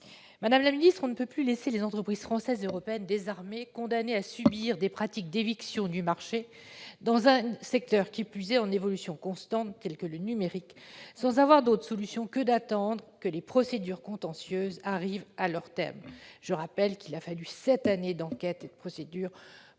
Madame la ministre, on ne peut plus laisser les entreprises françaises et européennes désarmées, condamnées à subir des pratiques d'éviction du marché dans un secteur, qui plus est, en évolution constante, tel que le numérique, sans avoir d'autre solution que d'attendre que les procédures contentieuses arrivent à leur terme. Je rappelle qu'il a fallu sept années d'enquête et de procédure